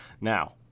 Now